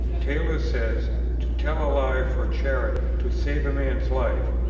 taylor says to tell a lie for charity, to save a man's life,